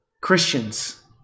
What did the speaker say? Christians